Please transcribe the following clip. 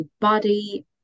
body